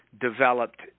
developed